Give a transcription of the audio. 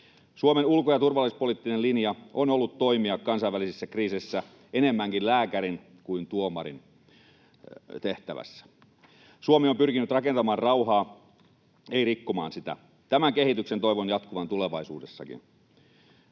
Suomen ulko- ja turvallisuuspoliittinen linja on ollut toimia kansainvälisessä kriisissä enemmänkin lääkärin kuin tuomarin tehtävässä. Suomi on pyrkinyt rakentamaan rauhaa, ei rikkomaan sitä. Tämän kehityksen toivon jatkuvan tulevaisuudessakin.